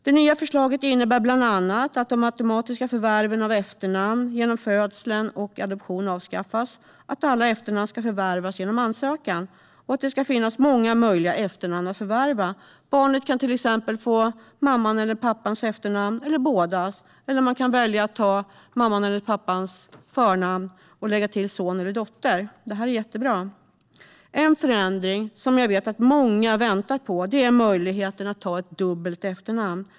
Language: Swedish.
Det nya förslaget innebär bland annat att de automatiska förvärven av efternamn genom födsel och adoption avskaffas. Alla efternamn ska förvärvas genom ansökan, och det ska finnas många möjliga efternamn att förvärva. Barnet kan till exempel få mammans eller pappans efternamn, eller bådas. Man kan också välja att ta mammans eller pappans förnamn och lägga till son eller dotter. Detta är jättebra. En förändring som jag vet att många väntar på är möjligheten att ta ett dubbelt efternamn.